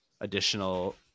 additional